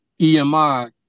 EMI